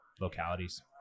localities